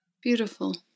Beautiful